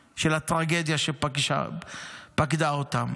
יש פה משפחות ששילמו מחיר משותף, עצום.